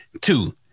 Two